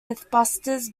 mythbusters